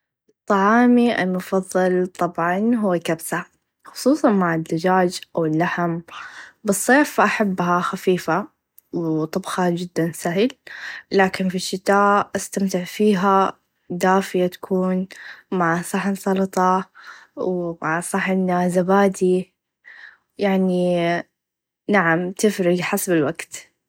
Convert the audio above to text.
طعامي المفظل طبعا هو الكبسه خصوصا مع الدچاچ أو اللحم بالصيف أحبها خفيفه و طبخها چدا سهل لاكن في الشتاء أستمتع فيها دافيا تكون مع صحن سلطه و مع صحن زبادي يعني نعم تفرق حسب الوقت.